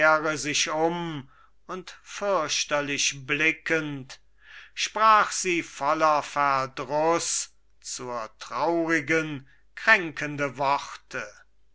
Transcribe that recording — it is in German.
sich um und fürchterlich blickend sprach sie voller verdruß zur traurigen kränkende worte